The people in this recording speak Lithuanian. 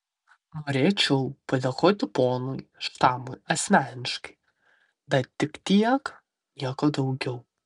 norėčiau padėkoti ponui štamui asmeniškai bet tik tiek nieko daugiau